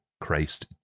Christ